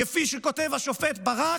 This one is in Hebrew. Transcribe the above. כפי שכותב השופט ברק,